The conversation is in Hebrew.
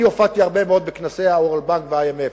הופעתי הרבה מאוד בכנסי ה-World Bank וה-IMF.